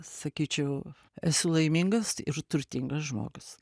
sakyčiau esu laimingas ir turtingas žmogus